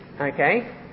Okay